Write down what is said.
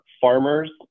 farmers